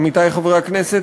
עמיתי חברי הכנסת,